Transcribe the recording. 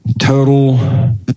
Total